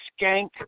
skank